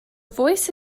voice